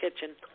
kitchen